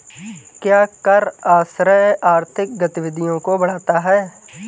क्या कर आश्रय आर्थिक गतिविधियों को बढ़ाता है?